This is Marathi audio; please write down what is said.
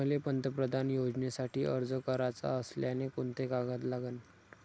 मले पंतप्रधान योजनेसाठी अर्ज कराचा असल्याने कोंते कागद लागन?